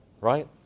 Right